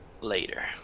later